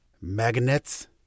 Magnets